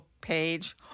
page